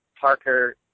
Parker